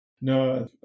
no